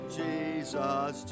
jesus